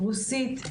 רוסית,